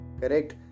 correct